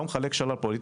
הוא מחלק שלל פוליטי.